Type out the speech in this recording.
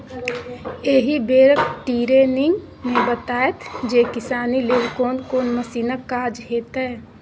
एहि बेरक टिरेनिंग मे बताएत जे किसानी लेल कोन कोन मशीनक काज हेतै